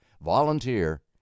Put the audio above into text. volunteer